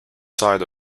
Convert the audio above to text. side